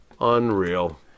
Unreal